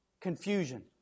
confusion